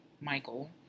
Michael